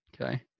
Okay